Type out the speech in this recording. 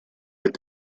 like